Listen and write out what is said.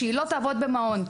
שהיא לא תעבוד במעון.